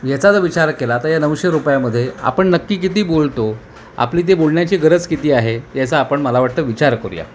याचा जर विचार केला तर या नऊशे रुपयामध्ये आपण नक्की किती बोलतो आपली ती बोलण्याची गरज किती आहे याचा आपण मला वाटतं विचार करूया